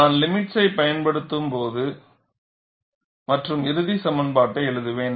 நான் லிமிட்ஸை பயன்படுத்துவேன் மற்றும் இறுதி சமன்பாட்டை எழுதுவேன்